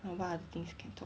what other things you can talk